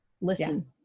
Listen